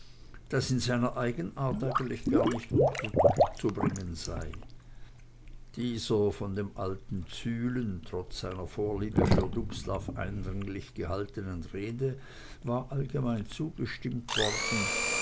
das in seiner eigenart eigentlich gar nicht unterzubringen sei dieser von dem alten zühlen trotz seiner vorliebe für dubslav eindringlich gehaltenen rede war allgemein zugestimmt worden